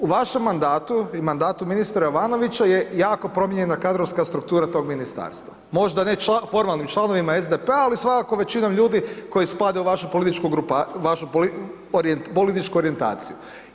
U vašem mandatu i mandatu ministra Jovanovića je jako promijenjena kadrovska struktura tog ministarstva, možda ne formalnim članovima SDP-a ali svakako većinom ljudi koji spadaju u vašu političku grupaciju, vašu političku, političku orijentaciju.